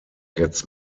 gets